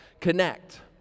connect